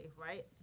right